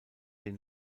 den